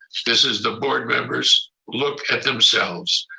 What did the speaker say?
this is the board members' look at themselves.